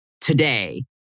today